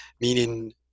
meaning